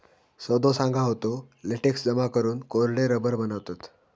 सदो सांगा होतो, लेटेक्स जमा करून कोरडे रबर बनवतत